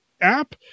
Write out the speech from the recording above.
app